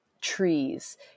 trees